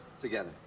together